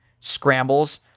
Scrambles